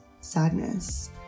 sadness